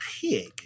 pig